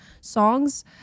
songs